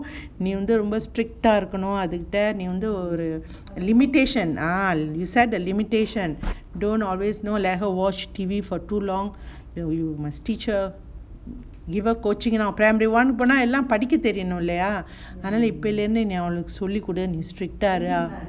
நீ வந்து ரொம்ப:nee romba stricter இருக்கணும் அதுகிட்ட நீ வந்து ஒரு:irukkanum athu kitta neee vanthu oru limitation ah you set a limitation don't always know let her watch T_V for too long you must teach her give her coaching primary one போன எல்லாம் படிக்க தெரியனும் இல்லையா அதுனால இப்ப இருந்தே சொல்லி கொடு:pona ellam padikka theriyanum illaya athunaal ellaam solli kodu stricter